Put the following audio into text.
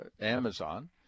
Amazon